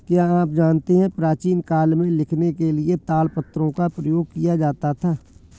क्या आप जानते है प्राचीन काल में लिखने के लिए ताड़पत्रों का प्रयोग किया जाता था?